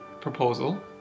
proposal